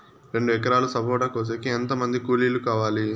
రెండు ఎకరాలు సపోట కోసేకి ఎంత మంది కూలీలు కావాలి?